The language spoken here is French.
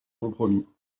compromis